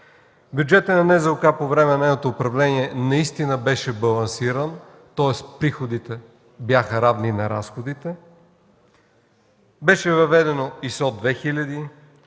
Бюджетът на НЗОК по време на нейното управление наистина беше балансиран, тоест приходите бяха равни на разходите. Беше въведено ИСО 2000,